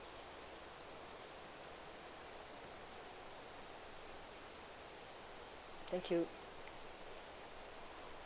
thank you